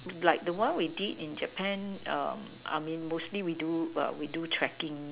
like the one we did in Japan um I mean mostly we do err we do trekking